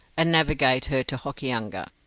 and navigate her to hokianga.